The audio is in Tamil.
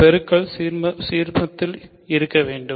பெருக்கல் சீர்மமத்தில் இருக்க வேண்டும்